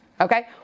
Okay